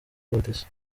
polisi